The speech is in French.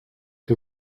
que